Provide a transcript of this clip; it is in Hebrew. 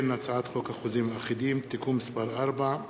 הצעת חוק החוזים האחידים (תיקון מס' 4),